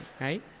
right